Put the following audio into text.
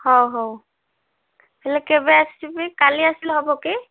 ହଉ ହଉ ହେଲେ କେବେ ଆସିବି କାଲି ଆସିଲେ ହେବ କି